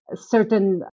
certain